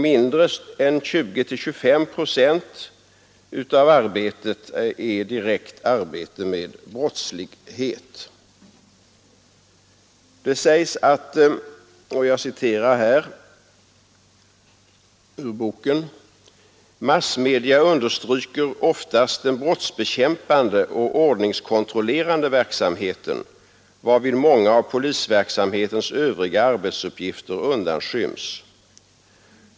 Mindre än 20—25 procent av arbetet är direkt arbete med brottslighet. Det heter i boken: ”Massmedia understryker oftast den brottsbekämpande och ordningskontrollerande verksamheten, varvid många av polisverksamhetens övriga arbetsuppgifter undanskyms.